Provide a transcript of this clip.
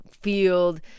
field